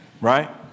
right